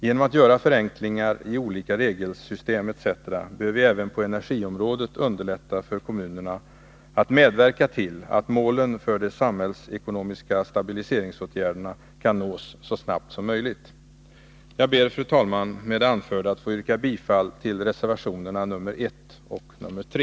Genom att göra förenklingar i olika regelsystem etc. bör vi även på energiområdet underlätta för kommunerna att medverka till att målen för de samhällsekonomiska stabiliseringsåtgärderna kan nås så snart som möjligt. Jag ber, fru talman, med det anförda att få yrka bifall till reservationerna 1 och 3.